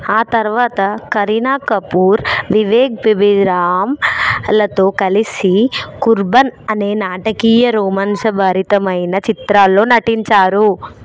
ఆ తర్వాత కరీనా కపూర్ వివేక్ బెబెరామ్ లతో కలిసి కుర్బన్ అనే నాటకీయ రోమాన్చభరితమైన చిత్రంలో నటించారు